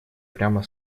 прямо